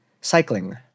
cycling